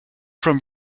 from